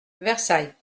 versailles